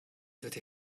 that